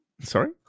Sorry